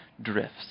drifts